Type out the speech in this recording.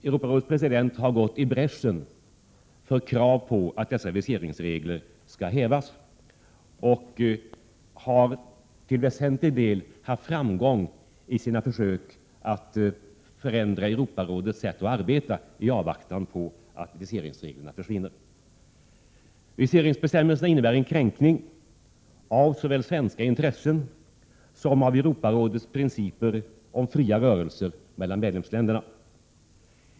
Europarådets president har gått i bräschen för krav på att dessa viseringsregler skall hävas och har till väsentlig del haft framgång i sina försök att förändra Europarådets sätt att arbeta i avvaktan på att viseringsreglerna försvinner. Viseringsbestämmelserna innebär en kränkning av såväl svenska intressen som av Europarådets principer om fria rörelser mellan medlemsländerna.